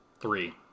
Three